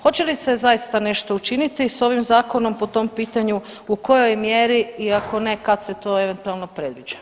Hoće li se zaista nešto učinit s ovim zakonom po tom pitanju, u kojoj mjeri i ako ne kad se to eventualno predviđa?